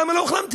למה לא החרמתם?